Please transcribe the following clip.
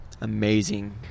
amazing